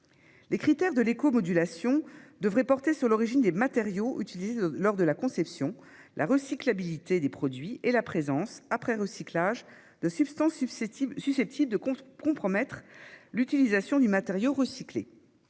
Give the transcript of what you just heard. Les critères de l'écomodulation devraient porter sur l'origine des matériaux utilisés lors de la conception, la recyclabilité des produits et la présence, après recyclage, de substances susceptibles de compromettre l'utilisation du matériau recyclé.